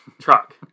truck